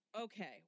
okay